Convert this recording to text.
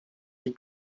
die